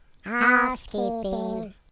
Housekeeping